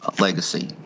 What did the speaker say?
legacy